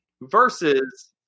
versus